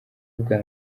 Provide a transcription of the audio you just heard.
bwa